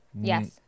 Yes